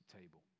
table